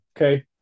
okay